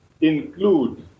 include